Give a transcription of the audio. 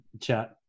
chat